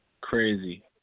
Crazy